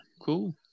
cool